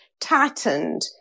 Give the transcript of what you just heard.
tightened